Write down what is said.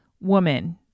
woman